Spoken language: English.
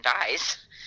dies